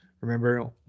Remember